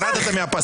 ירדתם מהפסים?